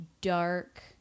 dark